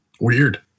Weird